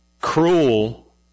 cruel